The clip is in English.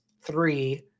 three